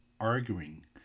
arguing